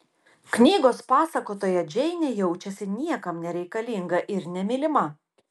knygos pasakotoja džeinė jaučiasi niekam nereikalinga ir nemylima